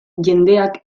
jendeak